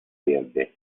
verde